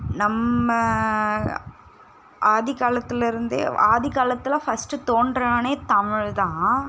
நம்ம ஆதி காலத்தில் இருந்தே ஆதி காலத்தில் ஃபஸ்ட்டு தோன்றுனவனே தமிழ் தான்